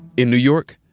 in new york,